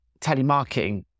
telemarketing